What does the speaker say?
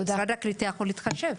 משרד הקליטה יכול להתחשב.